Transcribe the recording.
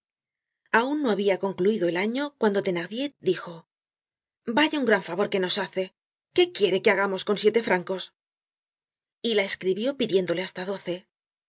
aun no habia concluido el año cuando thenardier dijo vaya un gran favor que nos hace qué quiere que hagamos con siete francos y la escribió pidiéndole hasta doce